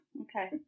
okay